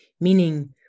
Meaning